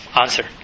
answer